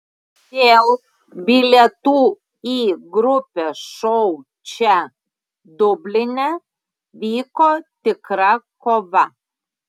dėl bilietų į grupės šou čia dubline vyko tikra kova